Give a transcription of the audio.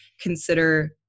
consider